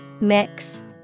Mix